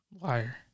Liar